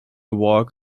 walk